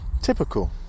Typical